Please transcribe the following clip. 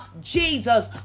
Jesus